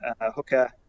hooker